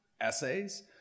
essays